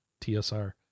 tsr